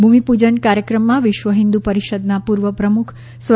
ભૂમિપૂજન કાર્યક્રમમાં વિશ્વ હિન્દ પરિષદના પૂર્વ પ્રમુખ સ્વ